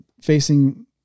facing